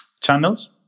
channels